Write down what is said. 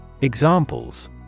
Examples